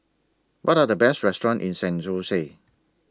What Are The Best restaurants in San Jose